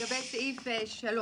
לגבי סעיף 11(3),